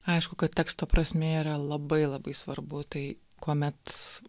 aišku kad teksto prasmė yra labai labai svarbu tai kuomet